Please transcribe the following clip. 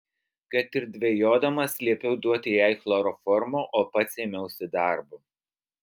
kad ir dvejodamas liepiau duoti jai chloroformo o pats ėmiausi darbo